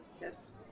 Yes